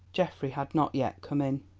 geoffrey had not yet come in.